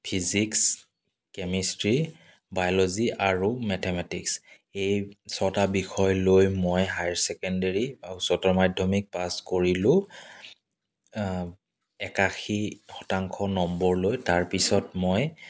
physics chemistry biology আৰু mathematics এই ছটা বিষয় লৈ মই হায়াৰ ছেকেণ্ডেৰী বা উচ্চতৰ মাধ্যমিক পাছ কৰিলোঁ একাশী শতাংশ নম্বৰ লৈ তাৰপিছত মই